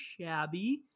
shabby